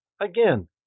Again